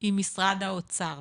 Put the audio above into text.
עם משרד האוצר,